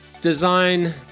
design